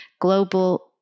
global